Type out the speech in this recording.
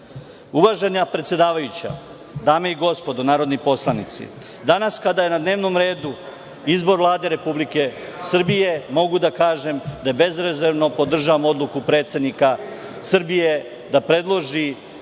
Srbije. Uvažena predsedavajuća, dame i gospodo narodni poslanici, danas kada je na dnevnom redu izbor Vlade Republike Srbije, mogu da kažem da bezerezervno podržavam odluku predsednika Srbije, da predloži